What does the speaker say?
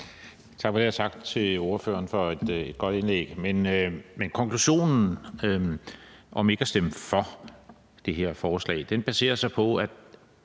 Tak for det, og tak til ordføreren for et godt indlæg. Men konklusionen om ikke at stemme for det her forslag baserer sig på en